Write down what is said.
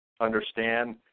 understand